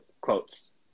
quotes